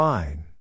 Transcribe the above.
Fine